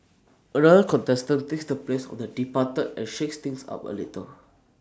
another contestant takes the place of the departed and shakes things up A little